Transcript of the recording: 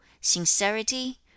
sincerity